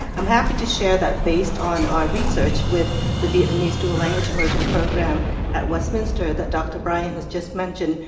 i'm happy to share that based on our research with the vietnamese dual language immersion program at westminster that dr. bryant has just mentioned,